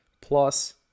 Plus